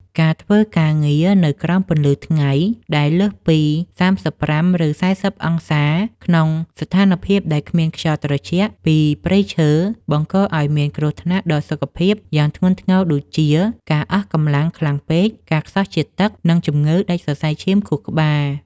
ការធ្វើការងារនៅក្រោមពន្លឺថ្ងៃដែលលើសពី ៣៥ ឬ ៤០ អង្សាសេ ក្នុងស្ថានភាពដែលគ្មានខ្យល់ត្រជាក់ពីព្រៃឈើ បង្កឱ្យមានគ្រោះថ្នាក់ដល់សុខភាពយ៉ាងធ្ងន់ធ្ងរដូចជា ការអស់កម្លាំងខ្លាំងពេក ការខ្សោះជាតិទឹក និងជំងឺដាច់សរសៃឈាមខួរក្បាល។